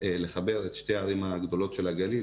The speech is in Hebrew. לחבר את שתי הערים הגדולות של הגליל,